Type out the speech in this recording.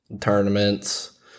tournaments